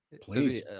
Please